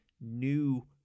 new